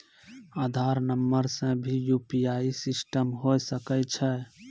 आधार नंबर से भी यु.पी.आई सिस्टम होय सकैय छै?